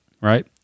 right